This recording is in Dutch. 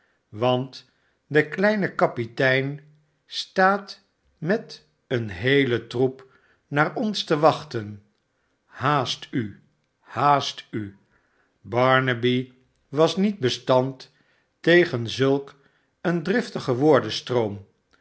want dekleinekapitem staat met een heelen troep naar ons te wachten haast u xiaast u barnaby was niet bestand tegen zulk een driftigen